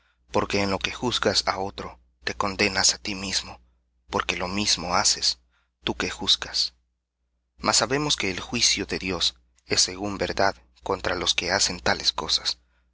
porque en lo que juzgas á otro te condenas á ti mismo porque lo mismo haces tú que juzgas mas sabemos que el juicio de dios es según verdad contra los que hacen tales cosas